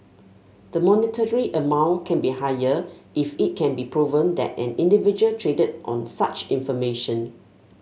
the monetary amount can be higher if it can be proven that an individual traded on such information